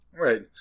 Right